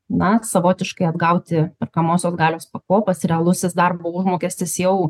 na savotiškai atgauti perkamosios galios pakopas realusis darbo užmokestis jau